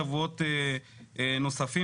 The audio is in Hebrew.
הם חייבים או להתפנות או לתקן על חשבונם.